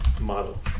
model